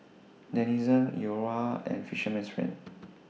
Denizen Iora and Fisherman's Friend